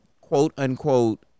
quote-unquote